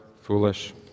foolish